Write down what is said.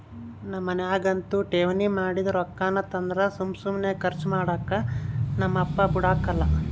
ನಮ್ ಮನ್ಯಾಗಂತೂ ಠೇವಣಿ ಮಾಡಿದ್ ರೊಕ್ಕಾನ ತಂದ್ರ ಸುಮ್ ಸುಮ್ನೆ ಕರ್ಚು ಮಾಡಾಕ ನಮ್ ಅಪ್ಪ ಬುಡಕಲ್ಲ